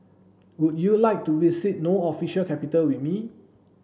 would you like to visit No official capital with me